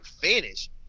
finish